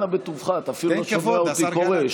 אנא בטובך, אתה אפילו לא שומע אותי קורא.